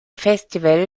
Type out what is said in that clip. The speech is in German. festival